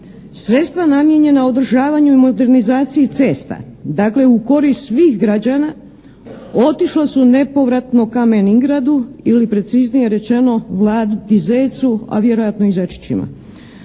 sredstva namijenjena održavanju i modernizaciji cesta, dakle u korist svih građana, otišla su nepovratno "Kamen Ingradu" ili preciznije rečeno, Vladi Zecu, a vjerojatno i zečićima.